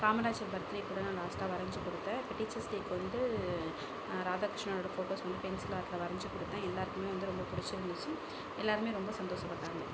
காமராஜர் பர்த்ரேக்கூட நான் லாஸ்ட்டாக வரஞ்சு கொடுத்தேன் இப்போ டீச்சர்ஸ் டேக்கு வந்து ராதா கிருஷ்ணனோட ஃபோட்டோஸ் வந்து பென்சில் ஆர்டில் வரஞ்சு கொடுத்தேன் எல்லாருக்குமே வந்து ரொம்ப பிடிச்சி இருந்துச்சு எல்லாருமே ரொம்ப சந்தோசப்பட்டாங்க